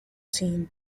team